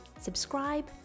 subscribe